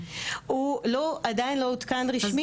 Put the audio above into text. הוא עדיין לא עודכן רשמית,